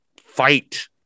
fight